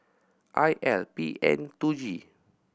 I L P N two G